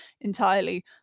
entirely